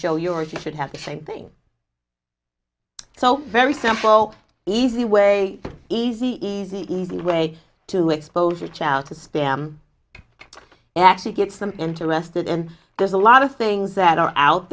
show your if you should have the same thing so very simple easy way easy easy easy way to expose your child to spam actually gets them interested in there's a lot of things that are out